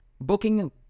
Booking